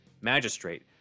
magistrate